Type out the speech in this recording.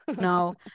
No